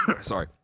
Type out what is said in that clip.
sorry